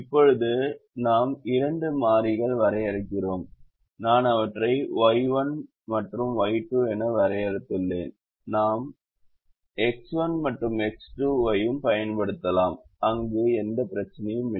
இப்போது நாம் இரண்டு மாறிகள் வரையறுக்கிறோம் நான் அவற்றை Y1 மற்றும் Y2 என வரையறுத்துள்ளேன் நாம் X1 மற்றும் X2 ஐயும் பயன்படுத்தலாம் அங்கு எந்த பிரச்சனையும் இல்லை